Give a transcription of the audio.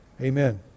amen